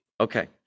Okay